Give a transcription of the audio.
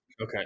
Okay